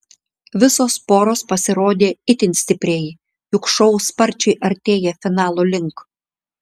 visos poros pasirodė itin stipriai juk šou sparčiai artėja finalo link